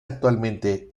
actualmente